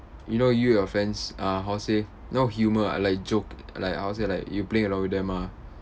you know you your friends uh how to say no humour uh like joke like how to say like you playing along with them ah